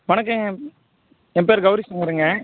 வணக்கங்க என் பேர் கௌரி சங்கருங்க